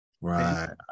right